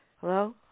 Hello